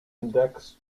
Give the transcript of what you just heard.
index